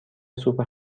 سوپ